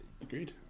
Agreed